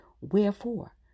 Wherefore